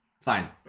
Fine